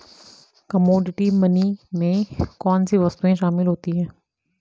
Commodity money में कौन सी वस्तुएं शामिल होती हैं?